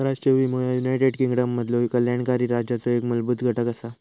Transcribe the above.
राष्ट्रीय विमो ह्या युनायटेड किंगडममधलो कल्याणकारी राज्याचो एक मूलभूत घटक असा